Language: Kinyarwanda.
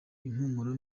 impumuro